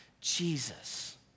Jesus